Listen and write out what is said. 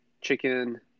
chicken